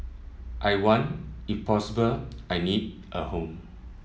I want if possible I need a home